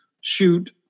shoot